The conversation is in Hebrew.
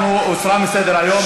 הוסרה מסדר-היום.